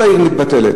כל העיר מתבטלת.